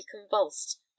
convulsed